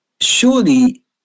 surely